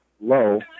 low